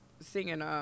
Singing